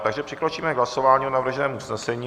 Takže přikročíme k hlasování o navrženém usnesení.